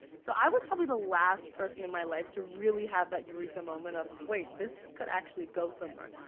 so i was probably the last person in my life to really have that eureka moment of wait, this could actually go somewhere.